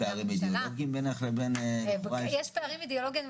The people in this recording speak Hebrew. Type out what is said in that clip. יש פערים אידאולוגיים בינך לבין --- יש פערים אידאולוגיים,